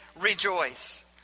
rejoice